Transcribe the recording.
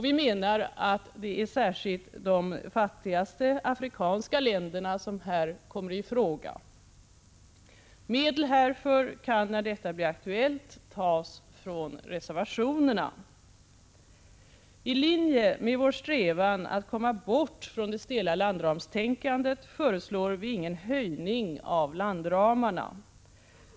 Vi menar att det är särskilt de fattigaste afrikanska länderna som här kommer i fråga. Medel härför kan, när detta blir aktuellt, tas från reservationerna. I linje med vår strävan att komma bort från det stela landramstänkandet föreslår vi ingen höjning av landramarna.